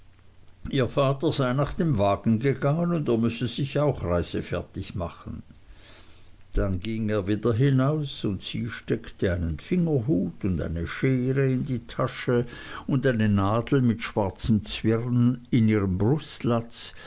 ihr vater sei nach dem wagen gegangen und er müsse sich auch reisefertig machen dann ging er wieder hinaus und sie steckte einen fingerhut und eine schere in die tasche und eine nadel mit schwarzem zwirn in ihren brustlatz